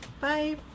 Bye